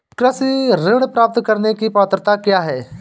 कृषि ऋण प्राप्त करने की पात्रता क्या है?